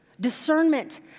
Discernment